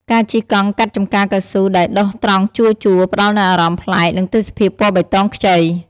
ការជិះកង់កាត់ចំការកៅស៊ូដែលដុះត្រង់ជួរៗ ផ្តល់នូវអារម្មណ៍ប្លែក និងទេសភាពពណ៌បៃតងខ្ចី។